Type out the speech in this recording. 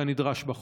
כנדרש בחוק?